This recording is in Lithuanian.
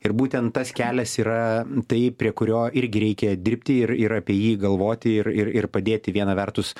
ir būtent tas kelias yra tai prie kurio irgi reikia dirbti ir ir apie jį galvoti ir ir ir padėti viena vertus